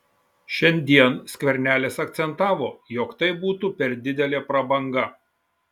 šiandien skvernelis akcentavo jog tai būtų per didelė prabanga